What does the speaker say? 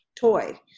toy